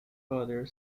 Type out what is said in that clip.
other